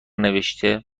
نوشته